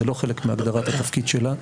זה לא חלק מהגדרת התפקיד שלה.